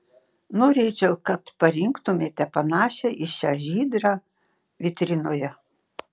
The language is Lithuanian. norėčiau kad parinktumėte panašią į šią žydrą vitrinoje